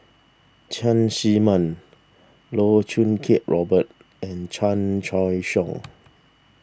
Cheng Man Loh Choo Kiat Robert and Chan Choy Siong